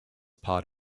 part